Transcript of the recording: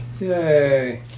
Yay